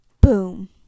Boom